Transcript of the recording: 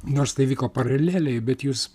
nors tai vyko paraleliai bet jūs